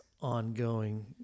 ongoing